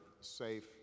safe